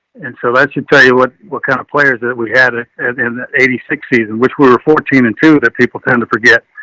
and so that should tell you what, what kind of players that we had ah as in the eighty six season, which we were fourteen and two that people tend to forget,